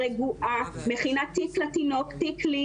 מכינה תיק לתינוק ולי,